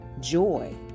joy